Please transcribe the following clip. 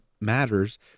matters